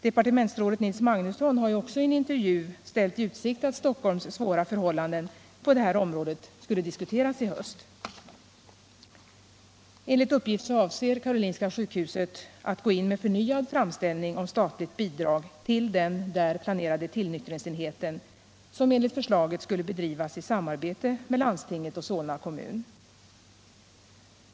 Departementsrådet Nils Magnusson har ju också i en intervju ställt i utsikt att Stockholms svåra förhållanden på det här området skulle diskuteras i höst. Enligt uppgift avser Karolinska sjukhuset att gå in med förnyad framställning om statligt bidrag till den här planerade tillnyktringsenheten, som enligt förslaget skulle bedrivas i samarbete med landstinget och Solna kommun.